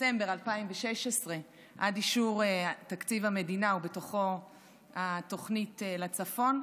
בדצמבר 2016 עד אישור תקציב המדינה ובתוכו התוכנית לצפון,